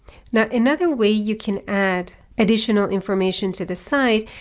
now, another way you can add additional information to this side,